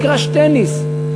מגרש טניס,